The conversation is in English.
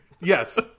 Yes